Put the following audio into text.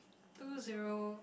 two zero